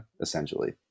essentially